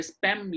Spam